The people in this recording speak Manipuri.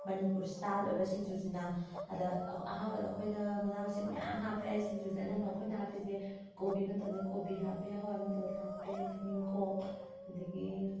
ꯃꯅꯤꯄꯨꯔ ꯏꯁꯇꯥꯏꯜ ꯑꯣꯏꯕ ꯁꯤꯡꯖꯨꯁꯤꯅ ꯑꯗ ꯑꯍꯥꯟꯕꯗ ꯑꯩꯈꯣꯏꯅ ꯃꯅꯥ ꯃꯁꯤꯡ ꯃꯌꯥꯝ ꯍꯥꯞꯄꯦ ꯁꯤꯡꯖꯨꯁꯦ ꯑꯅꯝꯕ ꯑꯩꯈꯣꯏꯅ ꯍꯥꯞꯄꯤꯁꯦ ꯀꯣꯕꯤ ꯃꯇꯝꯗ ꯀꯣꯕꯤ ꯍꯥꯞꯄꯦ ꯍꯋꯥꯏ ꯃꯇꯣꯟ ꯍꯥꯞꯄꯦ ꯇꯨꯅꯤꯡꯀꯣꯛ ꯑꯗꯒꯤ